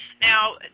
Now